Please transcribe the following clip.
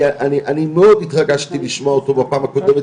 אני מאוד התרגשתי לשמוע אותו בפעם הקודמת